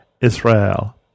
Israel